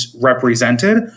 represented